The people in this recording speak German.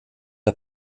der